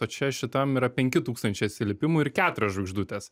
o čia šitam yra penki tūkstančiai atsiliepimų ir keturios žvaigždutės